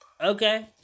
Okay